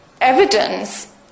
evidence